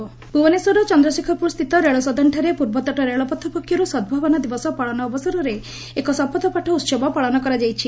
ସଦ୍ଭାବନା ଦିବସ ଭୁବନେଶ୍ୱରର ଚନ୍ଦ୍ରଶେଖରପୁର ସ୍ଥିତ ରେଳ ସଦନଠାରେ ପୂର୍ବତଟ ରେଳପଥ ପକ୍ଷରୁ ସଦ୍ଭାବନା ଦିବସ ପାଳନ ଅବସରରେ ଏକ ଶପଥପାଠ ଉହବ ପାଳନ କରାଯାଇଛି